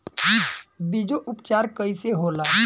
बीजो उपचार कईसे होला?